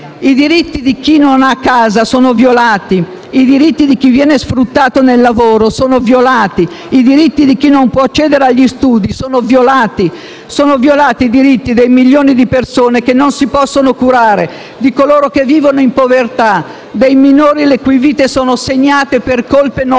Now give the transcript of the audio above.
I diritti di chi non ha casa sono violati; i diritti di chi viene sfruttato nel lavoro sono violati; i diritti di chi non può accedere agli studi sono violati; sono violati i diritti dei milioni di persone che non si possono curare, di coloro che vivono in povertà, dei minori le cui vite sono segnate per colpe non